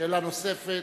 שאלה נוספת.